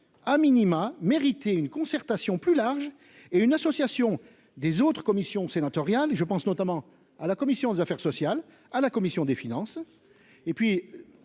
a minima mérité une concertation plus large et une association des autres commissions sénatoriales. Je pense notamment à la commission des affaires sociales à la commission des finances. Et puis,